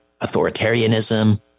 authoritarianism